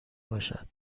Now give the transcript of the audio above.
باشد